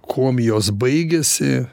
kuom jos baigiasi